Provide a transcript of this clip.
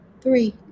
three